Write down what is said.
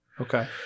Okay